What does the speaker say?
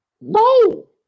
No